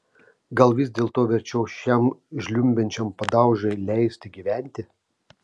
gal vis dėlto verčiau šiam žliumbiančiam padaužai leisti gyventi